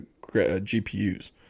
GPUs